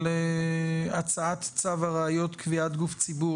בנושא הצעת צו הראיות (קביעת גוף ציבור),